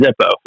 Zippo